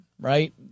right